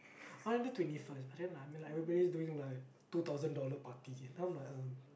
why not twenty first but then I'm like everybody's doing like two thousand dollar party then I'm like uh